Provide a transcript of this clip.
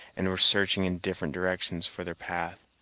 and were searching in different directions for their path.